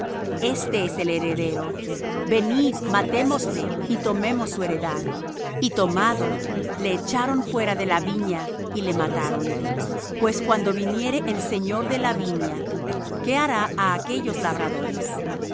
este es el heredero venid matémosle y tomemos su heredad y tomado le echaron fuera de la viña y le mataron pues cuando viniere el señor de la viña qué hará á aquellos labradores